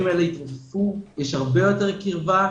הדברים האלה התרופפו, יש הרבה יותר קרבה,